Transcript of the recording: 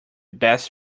best